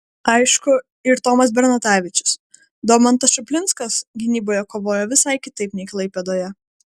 aišku ir tomas bernatavičius domantas čuplinskas gynyboje kovojo visai kitaip nei klaipėdoje